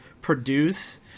produce